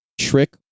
Trick